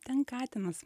ten katinas